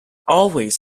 always